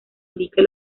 indique